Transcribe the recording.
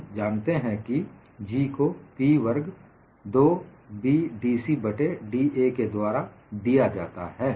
हम जानते हैं कि G को P वर्ग 2BdC बट्टे da के द्वारा दिया जाता है